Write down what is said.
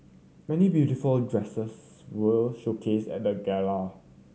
many beautiful dresses were showcased at the gala